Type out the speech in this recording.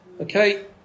Okay